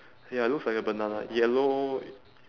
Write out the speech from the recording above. ya looks like a banana yellow